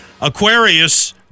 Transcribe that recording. Aquarius